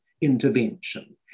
intervention